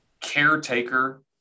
caretaker